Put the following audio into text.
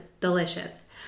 delicious